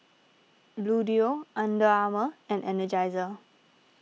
Bluedio Under Armour and Energizer